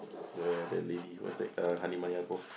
the the lady what's that uh Halimah Yacob